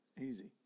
easy